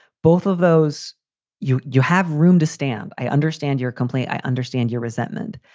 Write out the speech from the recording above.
both of those you you have room to stand. i understand your complaint. i understand your resentment.